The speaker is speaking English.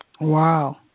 Wow